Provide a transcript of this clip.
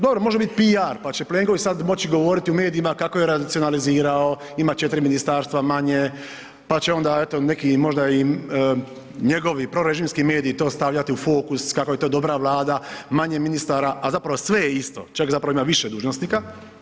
Dobro, može biti PR pa će Plenković sad moć govoriti u medijima kako je racionalizirao, ima četiri ministarstva manje, pa će onda neki možda njegovi prorežimski mediji to stavljati u fokus, kako je to dobra Vlada, manje ministara, a zapravo sve isto, čak ima više dužnosnika.